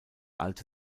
alte